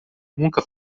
nunca